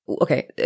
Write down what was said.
Okay